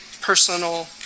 personal